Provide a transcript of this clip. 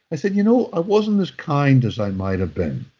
i said, you know, i wasn't as kind as i might have been.